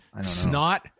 snot